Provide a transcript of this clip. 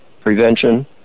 prevention